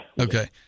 Okay